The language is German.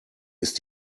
ist